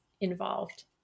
involved